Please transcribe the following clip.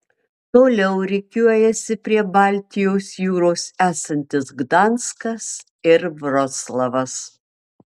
toliau rikiuojasi prie baltijos jūros esantis gdanskas ir vroclavas